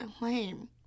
lame